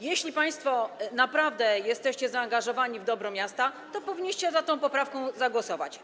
Jeśli państwo naprawdę jesteście zaangażowani w dobro miasta, to powinniście za tą poprawką zagłosować.